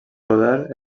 poder